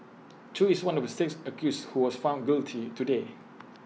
chew is one of the six accused who was found guilty today